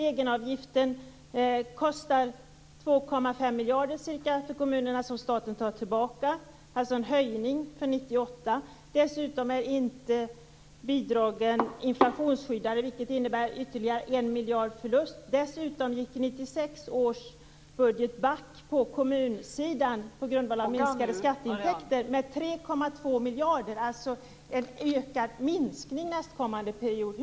Egenavgifterna kostar ca 2,5 miljarder kronor för kommunerna, som staten tar tillbaka. Det blir alltså en höjning för 1998. Dessutom är bidragen inte inflationsskyddade, vilket innebär ytterligare 1 miljard i förlust. Vidare gick 1996 års budget back med 3,2 miljarder kronor på kommunsidan på grund av minskade skatteintäkter. Det blir alltså en ännu större minskning under nästkommande period.